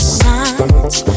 signs